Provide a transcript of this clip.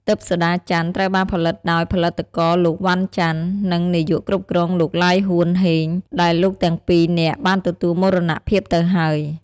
ទិព្វសូដាច័ន្ទ ត្រូវបានផលិតដោយផលិតករលោក វណ្ណ ចន្ទ និងនាយកគ្រប់គ្រងលោក ឡាយហួន ហេង ដែលលោកទាំងពីរនាក់បានទទួលមរណភាពទៅហើយ។